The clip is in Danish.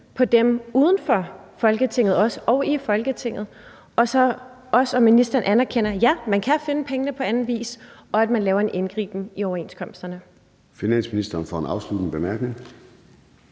til dem uden for Folketinget og i Folketinget, og om ministeren også anerkender, at man kan finde pengene på anden vis, og at man på denne måde laver en indgriben i overenskomsterne.